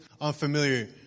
unfamiliar